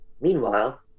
Meanwhile